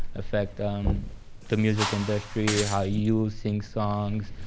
affect um the music industry, how you sing songs,